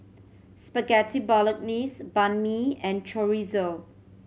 Spaghetti Bolognese Banh Mi and Chorizo